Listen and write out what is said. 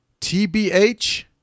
TBH